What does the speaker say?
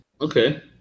Okay